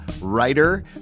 writer